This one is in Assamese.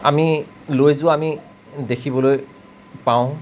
আমি লৈ যোৱা আমি দেখিবলৈ পাওঁ